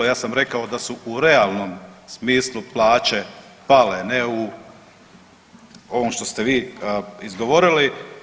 Ja sam rekao da su u realnom smislu plaće pale, ne u ovom što ste vi izgovorile.